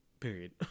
Period